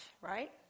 right